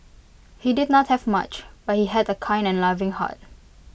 he did not have much but he had A kind and loving heart